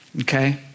Okay